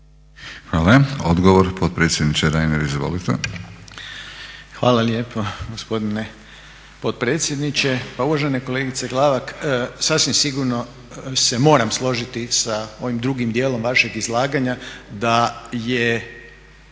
Hvala. Odgovor, potpredsjedniče Reiner izvolite. **Reiner, Željko (HDZ)** Hvala lijepo gospodine potpredsjedniče. Pa uvažena kolegice Glavak sasvim sigurno se moram složiti sa ovim drugim dijelom vašeg izlaganja da je